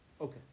Okay